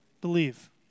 Believe